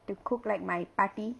the cook like my paatti